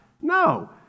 No